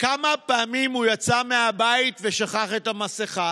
כמה פעמים הוא יצא מהבית ושכח את המסכה,